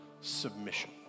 Submission